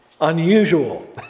unusual